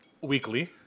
weekly